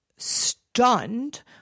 stunned